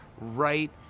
right